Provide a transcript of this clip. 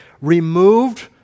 Removed